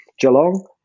Geelong